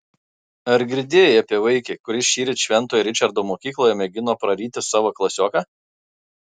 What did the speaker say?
ar girdėjai apie vaikį kuris šįryt šventojo ričardo mokykloje mėgino praryti savo klasioką